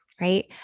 Right